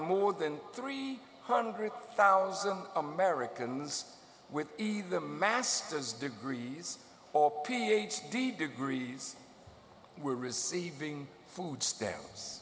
more than three hundred thousand americans with either master's degrees or ph d degree were receiving food stamps